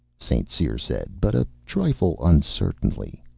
st. cyr said but a trifle uncertainly.